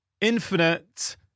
infinite